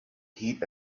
heat